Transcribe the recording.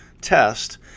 test